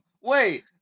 Wait